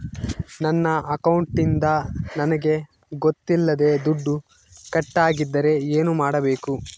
ನನ್ನ ಅಕೌಂಟಿಂದ ನನಗೆ ಗೊತ್ತಿಲ್ಲದೆ ದುಡ್ಡು ಕಟ್ಟಾಗಿದ್ದರೆ ಏನು ಮಾಡಬೇಕು?